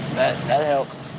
that helps.